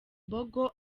mbogo